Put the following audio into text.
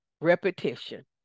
Repetition